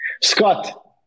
Scott